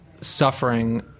suffering